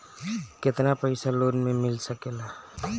केतना पाइसा लोन में मिल सकेला?